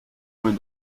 when